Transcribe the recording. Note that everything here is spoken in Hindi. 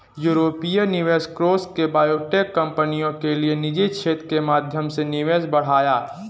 यूरोपीय निवेश कोष ने बायोटेक कंपनियों के लिए निजी क्षेत्र के माध्यम से निवेश बढ़ाया